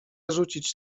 rzucić